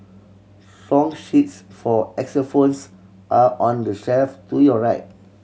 song sheets for xylophones are on the shelf to your right